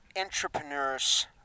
entrepreneurs